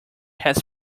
had